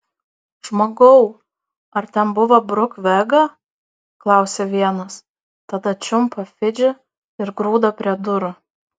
žmogau ar ten buvo bruk vega klausia vienas tada čiumpa fidžį ir grūda prie durų